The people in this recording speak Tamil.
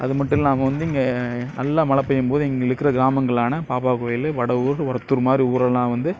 அது மட்டும் இல்லாமல் வந்து இங்கே நல்லா மழை பெய்யும் போது இங்கே இருக்கிற கிராமங்களான பாபா கோவிலு வடவூர் ஒரத்தூர் மாதிரி ஊரெல்லாம் வந்து